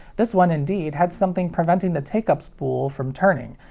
this one indeed had something preventing the take-up spool from turning,